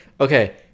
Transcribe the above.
Okay